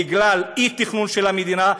בגלל אי-תכנון של המדינה.